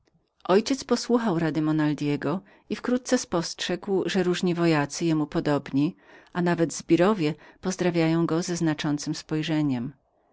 ojciec posłuchał rady monaldego i wkrótce spostrzegł że różni wojacy jemu podobni a nawet zbiry pozdrawiali go ze znaczącem spojrzeniem